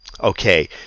Okay